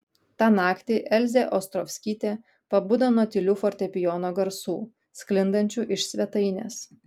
tą naktį elzė ostrovskytė pabudo nuo tylių fortepijono garsų sklindančių iš svetainės